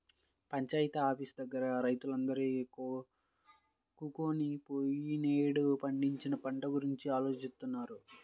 panchayat office దగ్గర రైతులందరూ కూకొని పోయినేడాది పండించిన పంట గురించి ఆలోచిత్తన్నారు